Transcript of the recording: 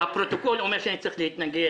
הפרוטוקול אומר שאני צריך להתנגד.